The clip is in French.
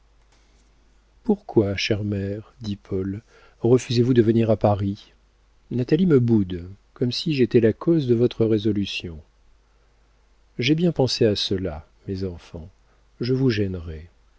pourquoi chère mère dit paul refusez-vous de venir à paris natalie me boude comme si j'étais la cause de votre résolution j'ai bien pensé à cela mes enfants je vous gênerais